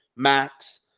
Max